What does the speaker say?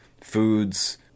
foods